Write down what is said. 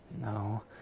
no